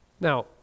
Now